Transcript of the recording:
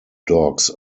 dogs